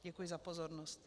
Děkuji za pozornost.